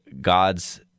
God's